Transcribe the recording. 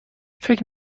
فکر